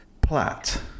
Platt